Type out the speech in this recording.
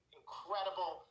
incredible